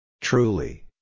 Truly